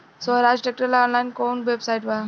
सोहराज tractor ला online कोउन website बा?